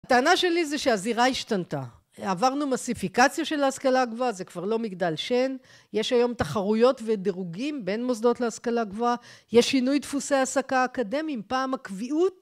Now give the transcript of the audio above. הטענה שלי זה שהזירה השתנתה, עברנו מסיפיקציה של ההשכלה הגבוהה זה כבר לא מגדל שן, יש היום תחרויות ודרוגים בין מוסדות להשכלה הגבוהה, יש שינוי דפוסי העסקה אקדמיים, פעם הקביעות